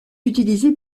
utilisée